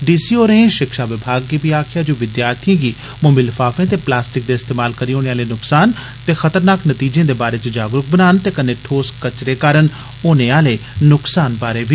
D C होरें शिक्षा विभाग गी बी आक्खेया जे ओ विदयार्थियें गी बी मोमी लफार्फे ते प्लास्टिक दे इस्तमाल करी होने आले नुक्सान ते खतरनाक नतीजें दे बारै च जागरुक बनान ते कन्नै ठोस कचरे कारण होने आले नुक्सान बारै बी